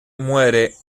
muere